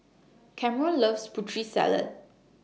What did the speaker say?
Camron loves Putri Salad